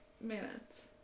minutes